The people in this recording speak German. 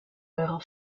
eurer